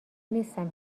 نیستم